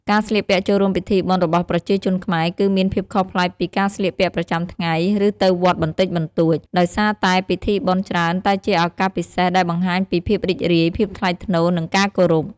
ការស្លៀកពាក់ចូលរួមពិធីបុណ្យរបស់ប្រជាជនខ្មែរ គឺមានភាពខុសប្លែកពីការស្លៀកពាក់ប្រចាំថ្ងៃ ឬទៅវត្តបន្តិចបន្តួច ដោយសារតែពិធីបុណ្យច្រើនតែជាឱកាសពិសេសដែលបង្ហាញពីភាពរីករាយ ភាពថ្លៃថ្នូរ និងការគោរព។